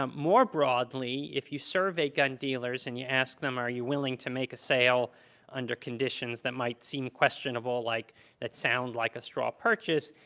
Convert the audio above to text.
um more broadly, if you survey gun dealers, and you them are you willing to make a sale under conditions that might seem questionable like that sound like a straw purchase,